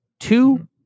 Two